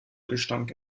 gestank